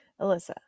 Alyssa